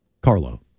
Carlo